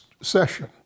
session